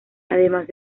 además